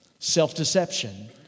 Self-deception